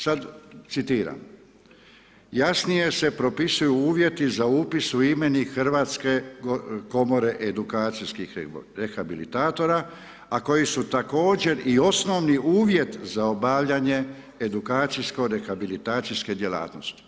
Sad citiram: Jasnije se propisuju uvjeti za upis u imenik Hrvatske komore edukacijskih rehabilitatora a koji su također i osnovi uvjet za obavljanje edukacijsko rehabilitacijske djelatnosti.